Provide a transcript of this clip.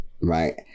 right